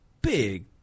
big